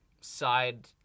side